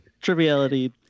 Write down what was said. Triviality